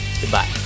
goodbye